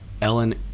Ellen